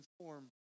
transform